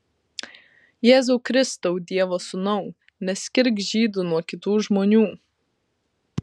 jėzau kristau dievo sūnau neskirk žydų nuo kitų žmonių